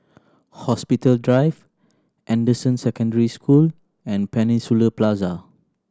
Hospital Drive Anderson Secondary School and Peninsula Plaza